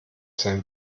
sein